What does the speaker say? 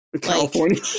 California